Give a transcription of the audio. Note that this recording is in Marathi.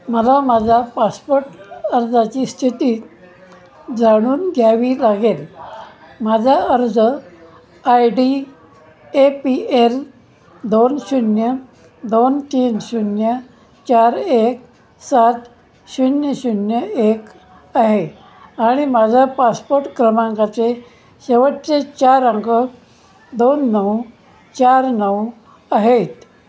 मला माझा पासपोट अर्जाची स्थिती जाणून घ्यावी लागेल माझा अर्ज I D A P L दोन शून्य दोन तीन शून्य चार एक सात शून्य शून्य एक आहे आणि माझा पासपोट क्रमांकाचे शेवटचे चार अंक दोन नऊ चार नऊ आहेत